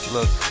Look